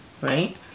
right